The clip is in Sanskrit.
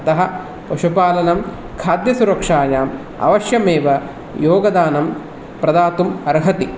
अतः पशुपालनं खाद्यसुरक्षायाम् अवश्यमेव योगदानं प्रदातुम् अर्हति